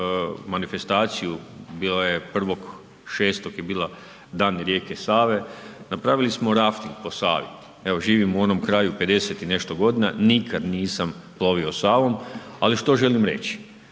manifestaciju, bilo je 1.6. je bila dan rijeke Save. Napravili smo rafting po Savi. Evo, živim u onom kraju 50 i nešto godina, nikad nisam plovio Savom, ali što želim reći?